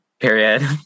Period